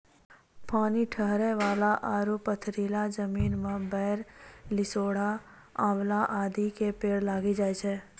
पानी ठहरै वाला आरो पथरीला जमीन मॅ बेर, लिसोड़ा, आंवला आदि के पेड़ लागी जाय छै